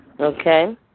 Okay